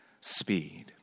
speed